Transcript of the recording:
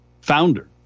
founder